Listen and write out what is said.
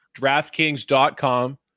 draftkings.com